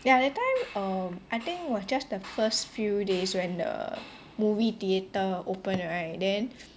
ya that time um I think was just the first few days when the movie theatre opened right then